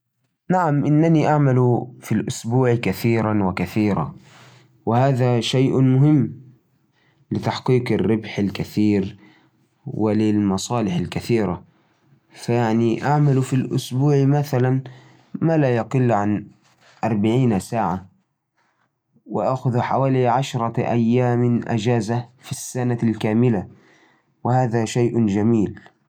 عادةً أشتغل حوالي أربعين ساعة في الأسبوع. وهذا يضمن لي إنجاز شغلي. بالنسبة للإجازات، أخذ تقريباً عشر إجازات سنوية. أحب أخصص وقت للإستجمام والراحة. عشان أكون أكثر إنتاجية. أحياناً أخذ إجازات قصيرة بين الشغل. عشان أستعيد نشاطي